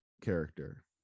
character